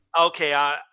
Okay